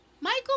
Michael